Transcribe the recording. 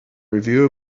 review